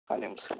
و علیکم السلام